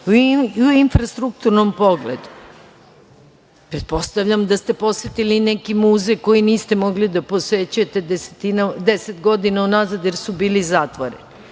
u infrastrukturnom pogledu. Pretpostavljam da ste posetili neki muzej koji niste mogli da posećujete deset godina unazad jer su bili zatvoreni.